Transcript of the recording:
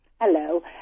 Hello